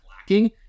lacking